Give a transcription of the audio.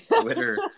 Twitter